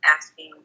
asking